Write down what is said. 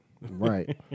Right